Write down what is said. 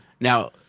Now